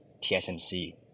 TSMC